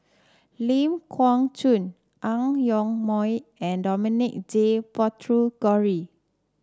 Ling Geok Choon Ang Yoke Mooi and Dominic J Puthucheary